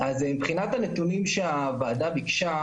אז מבחינת הנתונים שהוועדה ביקשה,